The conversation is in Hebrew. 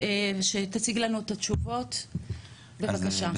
תציג לנו את התשובות, בבקשה.